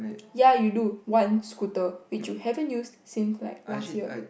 ya you do one scooter which you haven't use since like last year